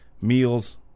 meals